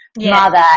mother